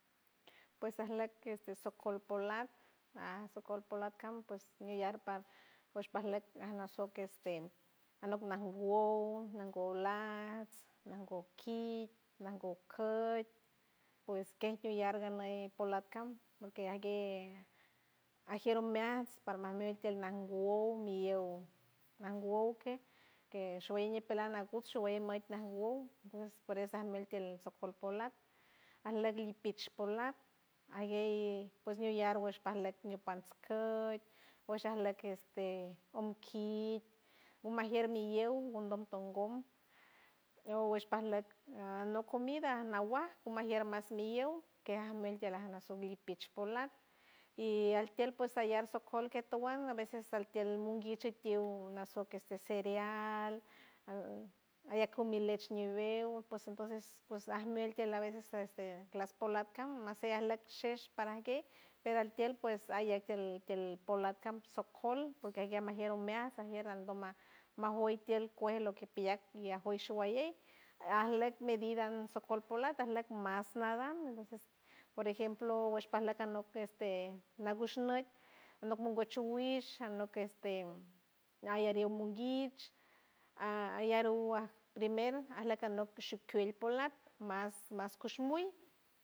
Pues arloj este socolpoland an socolpoland cam pues miyarpa osh parlok a nasoc que este anok nangow nangow lats nangow kit nangow koit pues keno iar ganey polanca lo que aguey ajiero meats parmamiet tialga wou miou man wowke que shueye peland nagucho gueye mait nanwoud es por eso almielt socolpolant alok li pich polat aguey pues miu yargol parlet miu pans koit pues arlok este on ki umajier mi yew gundon tongon o guesh parlot anok comida anaguaj umajier mas miyeuw que amielt ti alnaso milipich polac y altield pues ayar socol que towand a veces altield munguich itiul nasoque este cereal aya cumilech ñiweu pues entonces pues almiel tield y a veces este last polac cam masey alek shersh parangue pero altield pues ayay tield tield polac cams socol porque aguier majiera measa ajiera aldoma majiow tield cueje loque piyac iyak cuaj shuguayel alok medida socolpolac alok mas nagan a veces por ejemplo wesh palak anok este nagush noit anok mongoy chuguit anok este arangui munguit ayer ugua primer alok anok shukiel polac mas mas cush mui.